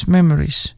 Memories